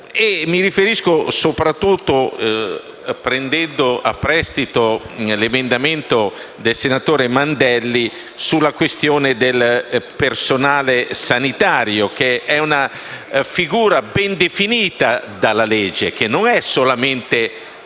Mi riferisco soprattutto, prendendo in prestito l'emendamento del senatore Mandelli, alla questione del personale sanitario, che è una figura ben definita dalla legge e non è solamente